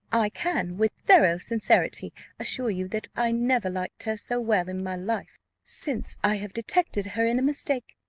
i can with thorough sincerity assure you that i never liked her so well in my life since i have detected her in a mistake.